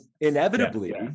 inevitably